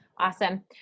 Awesome